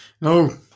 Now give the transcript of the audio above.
no